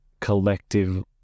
collective